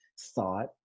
thought